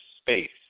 space